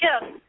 Yes